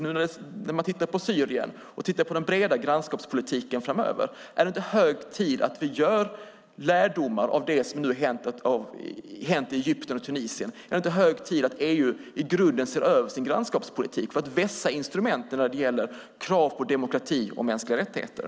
Nu när man tittar på Syrien och tittar på den breda grannskapspolitiken framöver är det då inte hög tid att vi drar lärdomar av det som nu har hänt i Egypten och i Tunisien? Är det inte hög tid att EU i grunden ser över sin grannskapspolitik för att vässa instrumenten när det gäller krav på demokrati och mänskliga rättigheter?